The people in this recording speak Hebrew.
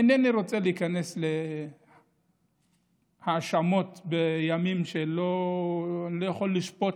אינני רוצה להיכנס להאשמות לגבי ימים שאני לא יכול לשפוט,